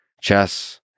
Chess